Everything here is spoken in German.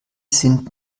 sind